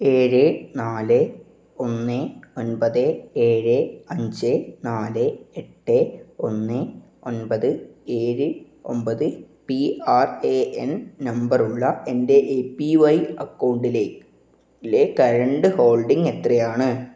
ഏഴ് നാല് ഒന്ന് ഒൻപത് ഏഴ് അഞ്ച് നാല് എട്ട് ഒന്ന് ഒൻപത് ഏഴ് ഒമ്പത് P R A N number ഉള്ള എൻ്റെ എ പി വൈ അക്കൗണ്ടിലെ കറൻറ് ഹോൾഡിംഗ് എത്രയാണ്